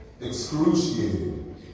excruciating